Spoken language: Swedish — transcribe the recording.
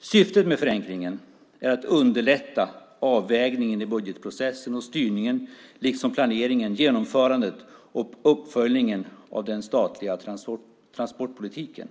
Syftet med förenklingen är att underlätta avvägningen i budgetprocessen och styrningen liksom planeringen, genomförandet och uppföljningen av den statliga transportpolitiken.